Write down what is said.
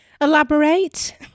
elaborate